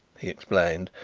he explained,